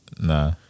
Nah